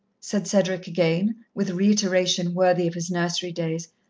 said cedric again, with reiteration worthy of his nursery days.